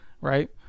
Right